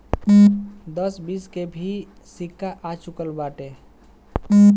दस बीस के भी सिक्का आ चूकल बाटे